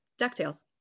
DuckTales